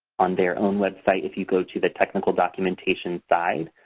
on their own website. if you go to the technical documentation side,